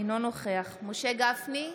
אינו נוכח משה גפני,